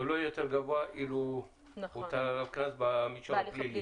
אבל הוא לא יהיה יותר גבוה אילו הוטל עליו קנס במישור הפלילי.